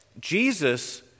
Jesus